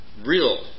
real